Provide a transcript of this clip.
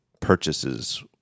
purchases